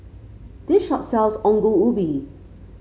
this shop sells Ongol Ubi